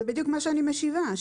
זה מה שאני משיבה,